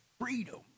freedom